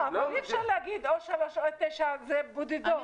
אבל אי אפשר להגיד או שלוש או תשע, זה בודדות.